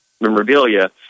memorabilia